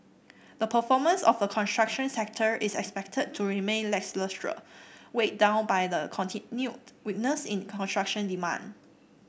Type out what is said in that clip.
the performance of the construction sector is expected to remain lacklustre weighed down by the continued weakness in construction demand